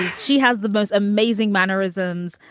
she has the most amazing mannerisms.